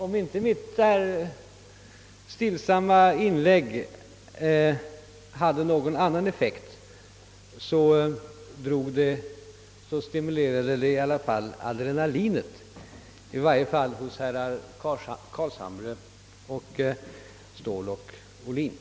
Om inte mitt stillsamma inlägg, herr talman, hade någon annan effekt, stimulerade det tydligen adrenalinavsöndringen, i varje fall hos herrar Carlshamre, Ståhl och Ohlin.